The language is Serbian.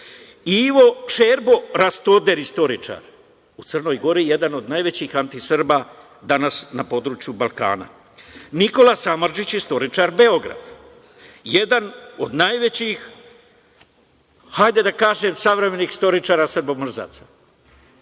Čerbo Rastoder, istoričar u Crnoj Gori, jedan od najvećih antisrba danas na području Balkana. Nikola Samardžić, istoričar, Beograd, jedan od najvećih, hajde da kažem savremenih istoričara Srbo mrzaca.